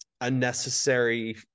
unnecessary